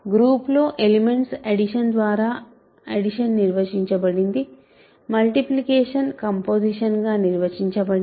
group లో elements addition ద్వారా addition నిర్వచించబడింది మల్టిప్లికేషన్ కంపోసిషన్ గా నిర్వచించబడింది